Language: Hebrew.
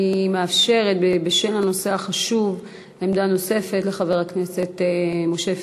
אני מאפשרת בשל חשיבות הנושא עמדה נוספת לחבר הכנסת משה פייגלין.